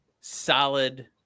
solid